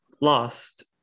lost